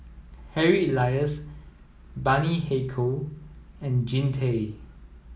Harry Elias Bani Haykal and Jean Tay